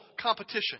competition